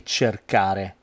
cercare